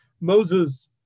Moses